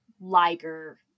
Liger